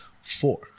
Four